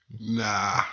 Nah